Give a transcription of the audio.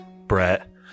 Brett